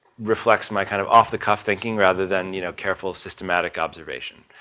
reflects my kind of off the cuff thinking rather than you know careful systematic observation.